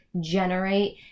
generate